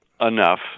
enough